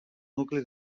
nucli